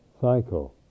cycle